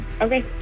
Okay